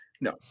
No